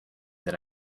that